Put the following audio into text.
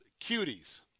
cuties